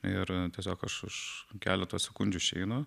ir tiesiog aš už keleto sekundžių išeinu